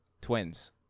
Twins